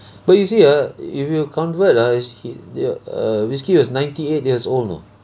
but you see ah if you convert ah is he your err whisky was ninety eight years old know